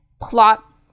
plot